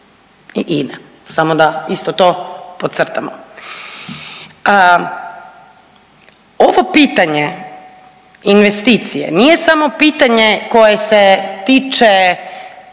i INA-e, samo da isto tako podcrtamo. Ovo pitanje investicije nije samo pitanje koje se tiče